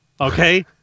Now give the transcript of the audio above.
okay